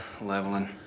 leveling